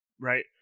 right